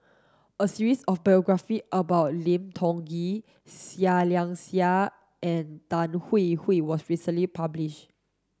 a series of biography about Lim Tiong Ghee Seah Liang Seah and Tan Hwee Hwee was recently publish